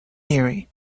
theory